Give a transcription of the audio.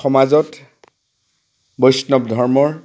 সমাজত বৈষ্ণৱ ধৰ্মৰ